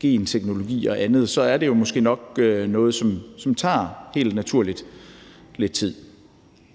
genteknologi, så er det måske nok noget, som helt naturligt tager lidt tid.